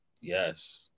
Yes